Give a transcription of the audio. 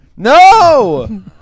No